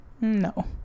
No